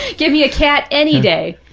give me a cat any day.